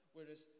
Whereas